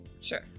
Sure